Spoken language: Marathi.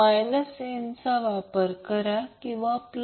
त्यामुळे Z फक्त R असेल I0 मॅक्सीमम करंट असेल